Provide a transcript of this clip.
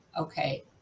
okay